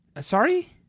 Sorry